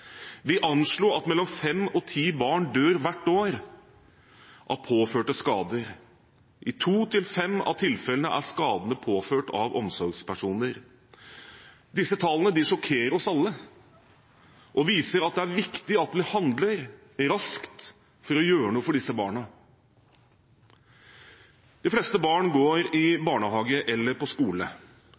anslo at mellom fem og ti barn dør hvert år av påførte skader. I to–fem av tilfellene er skadene påført av omsorgspersoner. Disse tallene sjokkerer oss alle og viser at det er viktig at vi handler raskt for å gjøre noe for disse barna. De fleste barn går i barnehage eller på skole,